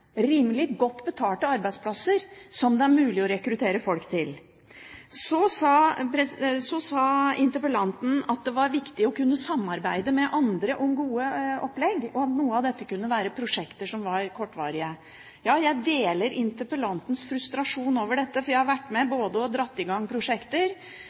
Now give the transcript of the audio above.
rimelig godt betalte arbeidsplasser som det er mulig å rekruttere folk til. Så sa interpellanten at det var viktig å kunne samarbeide med andre om gode opplegg, og at noe av dette kunne være prosjekter som var kortvarige. Ja, jeg deler interpellantens frustrasjon over dette, for jeg har vært med på både å dra i gang prosjekter